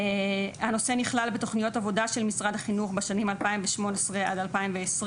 הנושא נכלל בתוכניות עבודה של משרד החינוך בשנים של 2018 עד 2020,